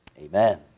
Amen